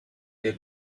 their